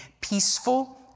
peaceful